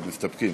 מסתפקים.